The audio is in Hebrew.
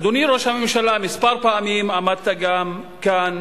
אדוני ראש הממשלה, כמה פעמים עמדת גם כאן,